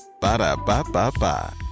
Ba-da-ba-ba-ba